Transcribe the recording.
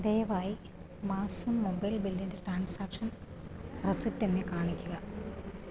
ദയവായി മാസം മൊബൈൽ ബില്ലിൻ്റെ ട്രാൻസാക്ഷൻ റെസിപ്റ്റ് എന്നെ കാണിക്കുക